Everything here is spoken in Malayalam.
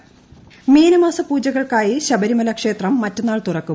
ശബരിമല മീനമാസ പൂജകൾക്കായി ശബരിമല ക്ഷേത്രം മറ്റന്നാൾ തുറക്കും